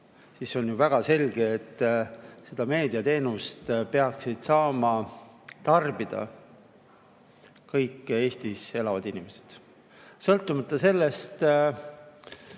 siis on ju väga selge, et seda meediateenust peaksid saama tarbida kõik Eestis elavad inimesed, sõltumata sellest,